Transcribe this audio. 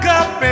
up